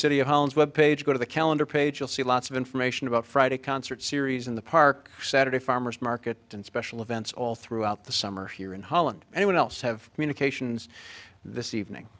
and web page go to the calendar page you'll see lots of information about friday concert series in the park saturday farmer's market and special events all throughout the summer here in holland anyone else have communications this evening